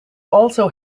also